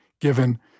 given